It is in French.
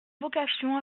vocation